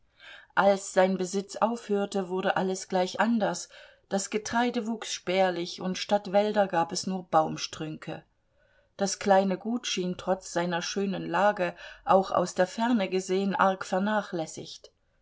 als sein besitz aufhörte wurde alles gleich anders das getreide wuchs spärlich und statt wälder gab es nur baumstrünke das kleine gut schien trotz seiner schönen lage auch aus der ferne gesehen arg vernachlässigt